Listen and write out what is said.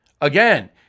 Again